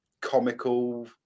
comical